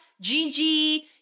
Gigi